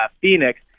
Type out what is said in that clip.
Phoenix